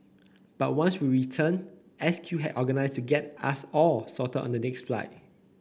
but once we returned S Q had organised to get us all sorted on the next flight